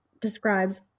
describes